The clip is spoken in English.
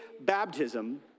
baptism